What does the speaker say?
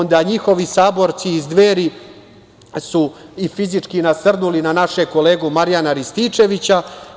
Njihovi saborci iz Dveri su i fizički nasrnuli na našeg kolegu Marjana Rističevića.